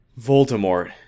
Voldemort